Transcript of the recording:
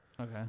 Okay